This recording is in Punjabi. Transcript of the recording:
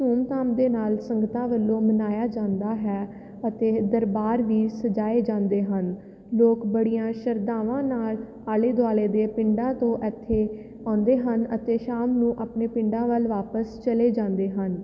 ਧੂਮ ਧਾਮ ਦੇ ਨਾਲ ਸੰਗਤਾਂ ਵੱਲੋਂ ਮਨਾਇਆ ਜਾਂਦਾ ਹੈ ਅਤੇ ਦਰਬਾਰ ਵੀ ਸਜਾਏ ਜਾਂਦੇ ਹਨ ਲੋਕ ਬੜੀਆਂ ਸ਼ਰਧਾਵਾਂ ਨਾਲ ਆਲੇ ਦੁਆਲੇ ਦੇ ਪਿੰਡਾਂ ਤੋਂ ਇੱਥੇ ਆਉਂਦੇ ਹਨ ਅਤੇ ਸ਼ਾਮ ਨੂੰ ਆਪਣੇ ਪਿੰਡਾਂ ਵੱਲ ਵਾਪਸ ਚਲੇ ਜਾਂਦੇ ਹਨ